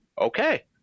Okay